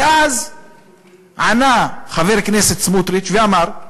ואז ענה חבר הכנסת סמוטריץ ואמר: